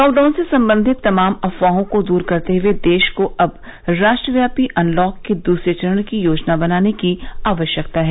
lockdown से संबंधित तमाम अफवाहों को दूर करते हुए देश को अब राष्ट्रव्यापी अनलॉक के दूसरे चरण की योजना बनाने की आवश्यकता है